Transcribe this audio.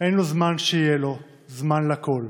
אין לו זמן שיהיה לו / זמן לכול.